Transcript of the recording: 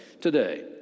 today